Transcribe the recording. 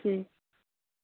ठीक